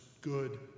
good